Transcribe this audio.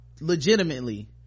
legitimately